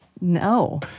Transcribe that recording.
No